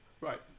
Right